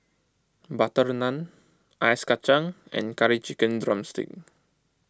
Butter Naan Ice Kacang and Curry Chicken Drumstick